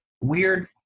Weird